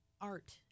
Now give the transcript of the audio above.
art